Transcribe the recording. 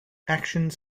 actions